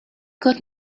got